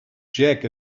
jack